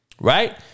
Right